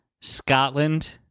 Scotland